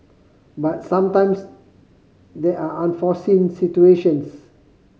but sometimes there are unforeseen situations